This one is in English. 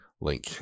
link